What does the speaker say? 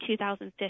2015